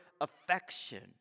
affection